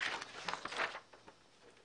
הישיבה ננעלה בשעה 12:15.